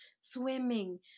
swimming